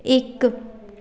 ਇੱਕ